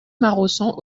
maraussan